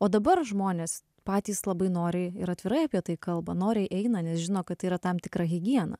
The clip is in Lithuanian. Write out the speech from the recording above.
o dabar žmonės patys labai noriai ir atvirai apie tai kalba noriai eina nes žino kad yra tam tikra higiena